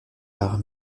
par